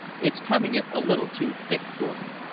it's coming it a little too thick, gordon.